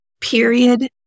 period